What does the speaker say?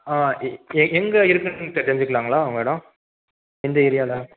ஆ எ எங் எங்கே இருக்குதுன்னு தெ தெரிஞ்சுக்கலாங்களா உங்கள் எடம் எந்த ஏரியாவில்